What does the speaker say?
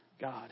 God